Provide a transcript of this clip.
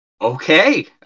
Okay